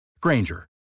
Granger